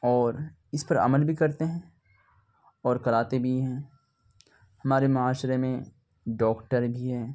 اور اس پر عمل بھی کرتے ہیں اور کراتے بھی ہیں ہمارے معاشرے میں ڈاکٹر بھی ہیں